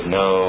no